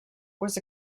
was